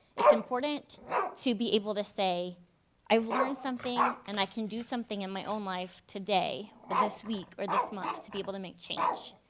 it's important to be able to say i've learned something and i can do something in my own life today, or this week or this month to be able to make change.